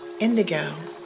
indigo